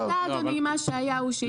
תודה אדוני, מה שהיה הוא מה שיהיה.